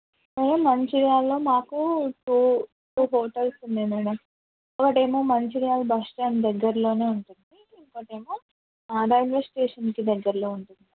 అదే మంచిర్యాలలో మాకు టూ టూ హోటల్స్ ఉన్నాయి మ్యాడమ్ ఒకటి ఏమో మంచిర్యాల బస్ స్టాండ్ దగ్గరలో ఉంటుంది ఇంకోటి ఏమో రైల్వే స్టేషన్కి దగ్గరలో ఉంటుంది